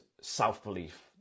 self-belief